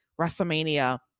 WrestleMania